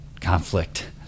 conflict